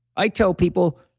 i tell people,